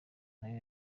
nayo